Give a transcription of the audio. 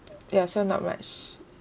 ya so not much